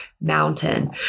mountain